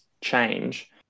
change